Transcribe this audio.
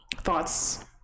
thoughts